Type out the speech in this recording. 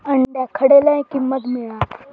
अंड्याक खडे लय किंमत मिळात?